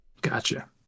Gotcha